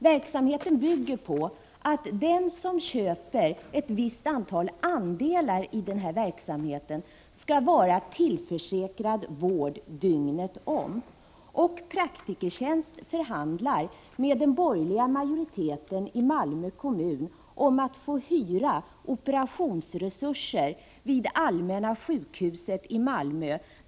Verksamheten bygger på att den som köper ett visst antal andelar i verksamheten skall vara tillförsäkrad vård dygnet om. Praktikertjänst förhandlar med den borgerliga majoriteten i Malmö kommun om att få hyra operationsresurser vid Allmänna sjukhuset i Malmö.